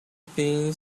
being